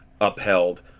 upheld